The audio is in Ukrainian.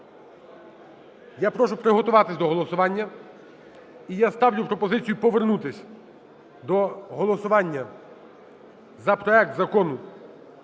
Я прошу приготуватись до голосування. І я ставлю пропозицію повернутись до голосування за проект Закону